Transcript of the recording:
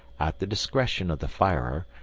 at the discretion of the firer,